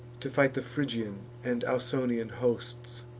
to fight the phrygian and ausonian hosts.